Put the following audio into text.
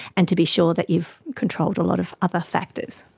and to be sure that you've controlled a lot of other factors.